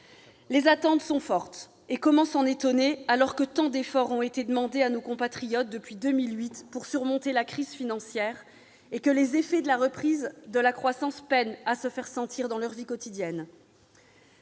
Les attentes sont fortes ; comment s'en étonner, alors que tant d'efforts ont été demandés à nos compatriotes depuis 2008 pour surmonter la crise financière et que les effets de la reprise de la croissance peinent à se faire sentir dans leur vie quotidienne